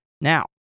Now